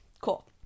Cool